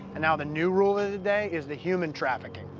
and now the new rule ah the day is the human trafficking.